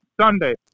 Sunday